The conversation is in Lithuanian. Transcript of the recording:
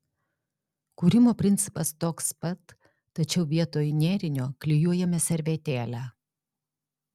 kūrimo principas toks pat tačiau vietoj nėrinio klijuojame servetėlę